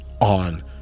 on